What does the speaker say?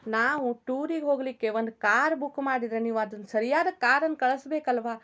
ನಾವು ಟೂರಿಗೆ ಹೋಗಲಿಕ್ಕೆ ಒಂದು ಕಾರ್ ಬುಕ್ ಮಾಡಿದರೆ ನೀವು ಅದುನ್ನ ಸರಿಯಾದ ಕಾರನ್ನ ಕಳಿಸ್ಬೇಕಲ್ವಾ